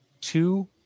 Two